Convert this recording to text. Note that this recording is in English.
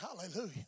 hallelujah